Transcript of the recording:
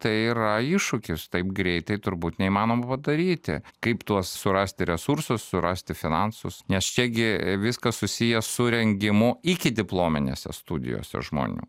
tai yra iššūkis taip greitai turbūt neįmanoma padaryti kaip tuos surasti resursus surasti finansus nes čia gi viskas susiję su rengimu ikidiplominėse studijose žmonių